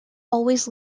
always